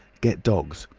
get dogs.